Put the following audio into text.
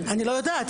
אני לא יודעת.